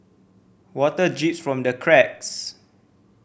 water drips from the cracks